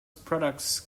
products